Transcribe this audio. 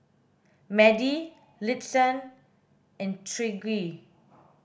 Madie Liston and Tyrique